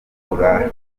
kwitura